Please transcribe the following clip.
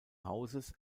hauses